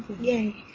Yay